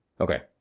Okay